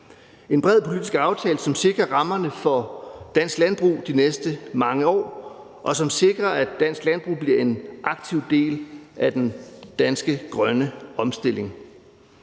en bred politisk aftale, som sikrer rammerne for dansk landbrug de næste mange år, og som sikrer, at dansk landbrug bliver en aktiv del af den danske grønne omstilling.